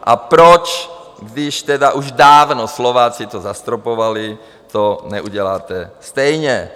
A proč, když tedy už dávno Slováci to zastropovali, to neuděláte stejně.